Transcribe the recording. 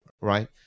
Right